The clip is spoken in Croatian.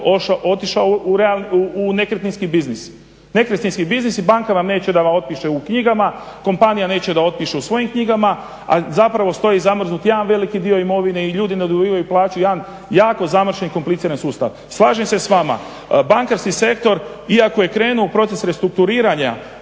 otišao u nekretninski biznis. Nekretninski biznis i bankama … u knjigama, kompanija neće da otpiše u svojim knjigama, a stoji zamrznut jedan veliki dio imovine i ljudi ne dobivaju plaću jedan jako zamršen i kompliciran sustav. Slažem se s vama, bankarski sektor iako je krenuo u proces restrukturiranja